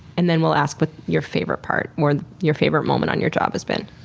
and then we'll ask what your favorite part or your favorite moment on your job has been.